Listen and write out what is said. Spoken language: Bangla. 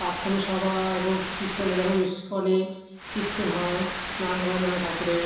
প্রার্থনা সভা এবং কীর্তন হয় যেমন ইস্কনে কীর্তন হয় নামগান হয় ঠাকুরের